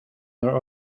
your